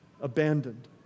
abandoned